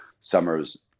summer's